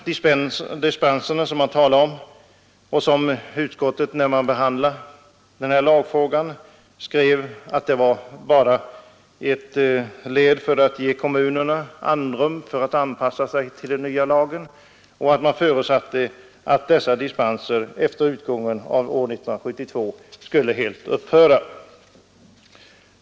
Vid behandlingen av renhållningslagen skrev utskottet att de generella dispenserna endast var till för att ge kommunerna andrum för att anpassa sig till den nya lagen och att man förutsatte att sådan dispensgivning efter utgången av år 1972 skulle helt upphöra.